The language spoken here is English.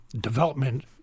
development